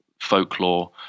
folklore